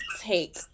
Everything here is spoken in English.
take